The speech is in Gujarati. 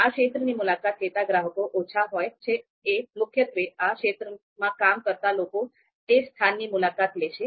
આ ક્ષેત્રની મુલાકાત લેતા ગ્રાહકો ઓછા હોય છે અને મુખ્યત્વે આ ક્ષેત્રમાં કામ કરતા લોકો તે સ્થાનની મુલાકાત લેશે